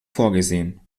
vorgesehen